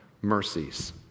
mercies